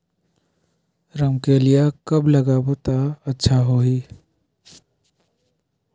रमकेलिया कब लगाबो ता अच्छा होही?